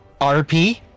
RP